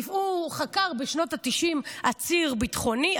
הוא חקר בשנות התשעים עציר ביטחוני,